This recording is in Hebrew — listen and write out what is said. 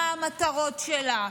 מה המטרות שלה,